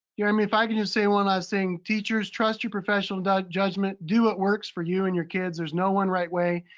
um if i can just say one last thing. teachers, trust your professional judgment. do what works for you and your kids. there's no one right way.